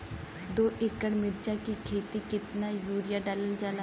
दो एकड़ मिर्च की खेती में कितना यूरिया डालल जाला?